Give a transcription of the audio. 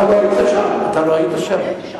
אתה לא היית שם?